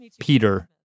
Peter